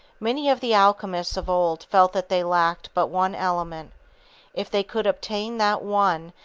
many of the alchemists of old felt that they lacked but one element if they could obtain that one,